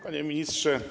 Panie Ministrze!